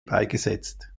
beigesetzt